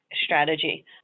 strategy